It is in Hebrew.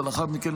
ולאחר מכן,